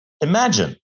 Imagine